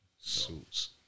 Suits